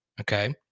okay